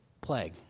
plague